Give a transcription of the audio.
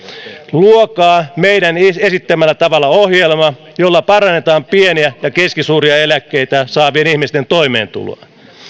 luokaa meidän esittämällämme tavalla ohjelma jolla parannetaan pieniä ja keskisuuria eläkkeitä saavien ihmisten toimeentuloa